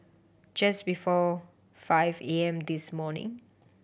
just before five A M this morning